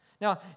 Now